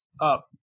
up